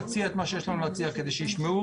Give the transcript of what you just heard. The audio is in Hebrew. נציע את מה שיש לנו להציע כדי שישמעו